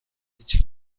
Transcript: هیچ